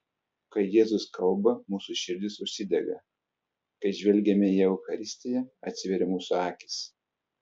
kai jėzus kalba mūsų širdys užsidega kai žvelgiame į eucharistiją atsiveria mūsų akys